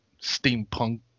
steampunk